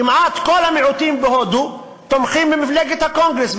כמעט כל המיעוטים בהודו תומכים במפלגת הקונגרס,